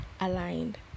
aligned